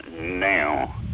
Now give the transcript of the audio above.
now